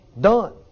Done